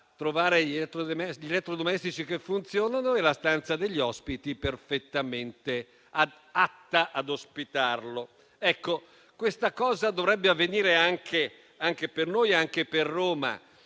trovare gli elettrodomestici che funzionano e la stanza degli ospiti perfettamente adatta ad ospitarlo. Ecco, questo dovrebbe avvenire anche per noi, anche per Roma.